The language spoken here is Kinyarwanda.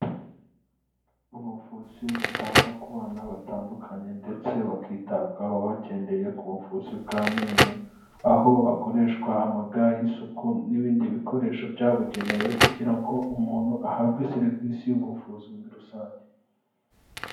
Ubuvuzi butangwa ku bana batandukanye ndetse bakitabwaho bagendeye ku buvuzi bw'amenyo aho hakoreshwa ama ga y'isuku n'ibindi bikoresho byabugenewe kugira ngo umuntu ahabwe serivisi y'ubuvuzi muri rusange.